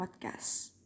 podcast